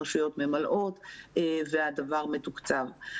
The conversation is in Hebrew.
הרשויות ממלאות והדבר מתוקצב.